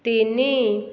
ତିନି